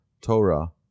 Torah